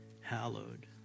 hallowed